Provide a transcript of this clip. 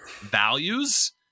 values